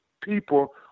people